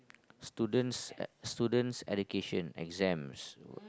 students e~ students education exams